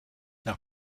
nach